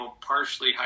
partially